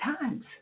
times